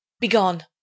begone